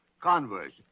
Converse